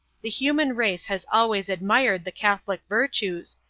the human race has always admired the catholic virtues,